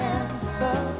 answer